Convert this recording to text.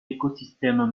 écosystèmes